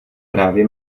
právě